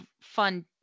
fun